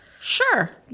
Sure